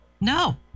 No